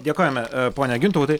dėkojame pone gintautai